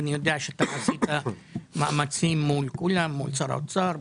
ואני יודע שאתה עשית מאמצים מול כולם מול שר האוצר,